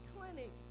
Clinic